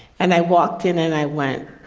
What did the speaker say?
and i walked in and i went,